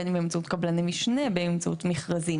בין אם באמצעות קבלני משנה ובין אם זה באמצעות מכרזים.